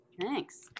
Thanks